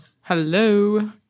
Hello